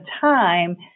time